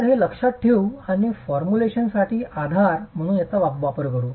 तर हे लक्षात ठेवू आणि फॉर्म्युलेशनसाठी आधार म्हणून याचा वापर करू